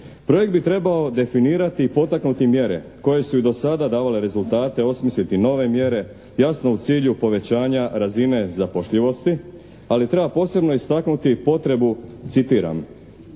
Projekt bi trebao definirati i potaknuti mjere koje su i do sada davale rezultate, osmisliti nove mjere, jasno u cilju povećanja razine zapošljivosti, ali treba posebno istaknuti potrebu citiram: